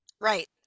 Right